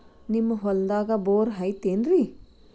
ನಿಮ್ಮ ಹೊಲ್ದಾಗ ಬೋರ್ ಐತೇನ್ರಿ?